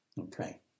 Okay